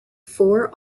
four